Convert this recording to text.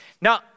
Now